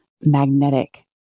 magnetic